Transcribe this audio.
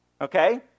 Okay